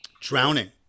drowning